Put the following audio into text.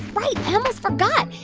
right. i almost forgot.